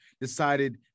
decided